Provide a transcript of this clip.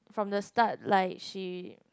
from the start like she